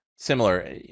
Similar